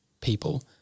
people